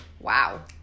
Wow